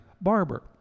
barber